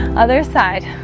other side